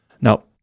Now